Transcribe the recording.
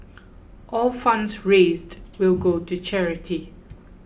all funds raised will go to charity